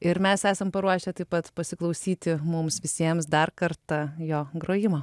ir mes esam paruošę taip pat pasiklausyti mums visiems dar kartą jo grojimo